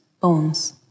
bones